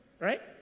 Right